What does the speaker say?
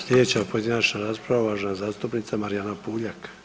Slijedeća pojedinačna rasprava, uvažena zastupnica Marijana Puljak.